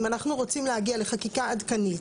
אם אנחנו רוצים להגיע לחקיקה עדכנית,